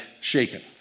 shaken